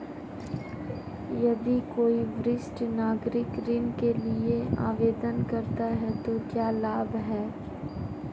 यदि कोई वरिष्ठ नागरिक ऋण के लिए आवेदन करता है तो क्या लाभ हैं?